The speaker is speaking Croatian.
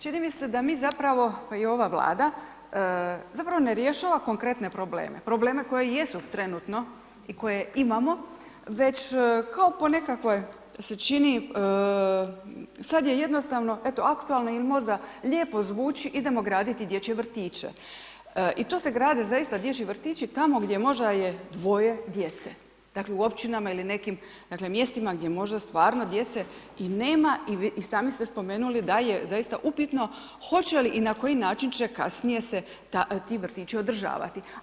Čini mi se da mi zapravo, pa i ova Vlada zapravo ne rješava konkretne probleme, probleme koji jesu trenutno i koje imamo, već kao po nekakvoj se čini, sad je jednostavno, eto aktualno ili možda lijepo zvuči idemo graditi dječje vrtiće i to se grade zaista dječji vrtići tamo gdje možda je dvoje djece, dakle, u općinama ili nekim, dakle, mjestima gdje stvarno djece i nema i sami ste spomenuli da je zaista upitno hoće li i na koji način će kasnije se ti vrtići održavati.